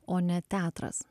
o ne teatras